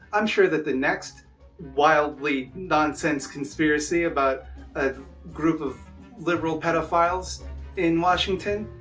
i'm sure that the next wildly nonsense conspiracy about a group of liberal pedophiles in washington.